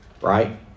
right